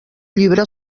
llibre